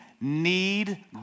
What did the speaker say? need